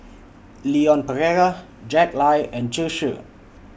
Leon Perera Jack Lai and Zhu Xu